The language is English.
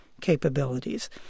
capabilities